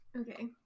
Okay